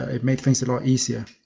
it made things a lot easier.